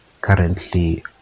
currently